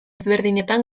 ezberdinetan